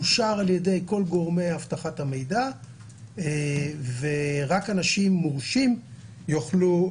אושר ע"י כל גורמי אבטחת המידע ורק אנשים מורשים שהורשו